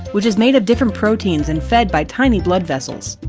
which is made of different proteins and fed by tiny blood vessels.